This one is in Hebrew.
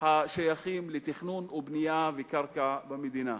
השייכים לתכנון ובנייה וקרקע במדינה.